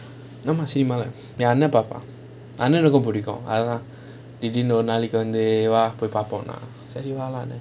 ஆமா:aamaa cinema ஏன் அண்ணன் பாப்பேன் அண்ணனுக்கும் பிடிக்கும் திடீருனு ஒரு நாள் வந்து வா போய் பாப்போம்ன்னு சரி வா போலாம்னா:yaen annan paappaen annanukum pidikum thideerunu oru naal vanthu vaa poi paapomnaa sari vaa polamnaa